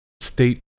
state